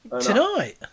Tonight